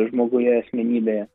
žmoguje asmenybėje